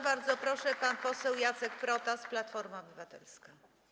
Bardzo proszę, pan poseł Jacek Protas, Platforma Obywatelska.